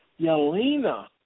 Yelena